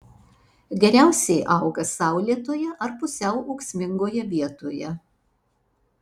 geriausiai auga saulėtoje ar pusiau ūksmingoje vietoje